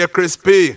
Crispy